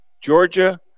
Georgia